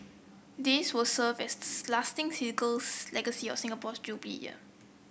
these will serve as lasting legacy of Singapore's Jubilee Year